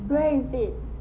where is it